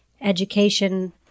Education